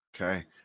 Okay